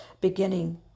beginning